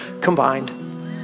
combined